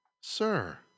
Sir